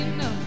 no